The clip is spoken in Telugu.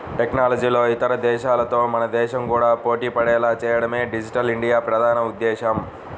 టెక్నాలజీలో ఇతర దేశాలతో మన దేశం కూడా పోటీపడేలా చేయడమే డిజిటల్ ఇండియా ప్రధాన ఉద్దేశ్యం